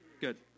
Good